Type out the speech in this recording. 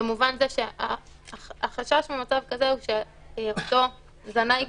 החשש ממצב כזה שאותו זנאי,